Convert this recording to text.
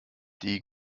die